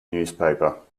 newspaper